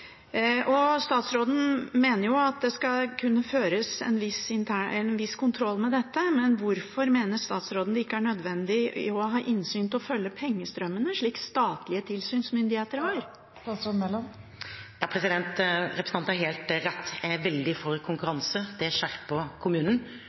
annet. Statsråden mener det kun skal føres en viss kontroll med dette, men hvorfor mener statsråden det ikke er nødvendig å ha innsyn for å følge pengestrømmene, slik statlige tilsynsmyndigheter har? Representanten har helt rett, jeg er veldig for